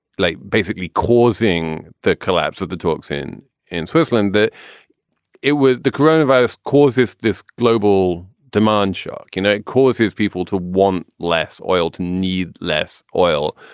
like basically causing the collapse of the talks in in switzerland that it with the corona virus causes this global demand shock. you know, it causes people to want less oil, to need less oil.